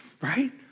right